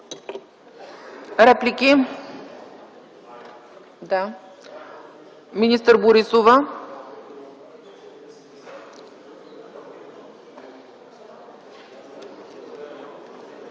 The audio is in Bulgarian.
Реплики? Да – министър Борисова.